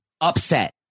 upset